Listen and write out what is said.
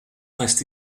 restent